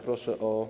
Proszę o